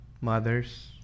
mothers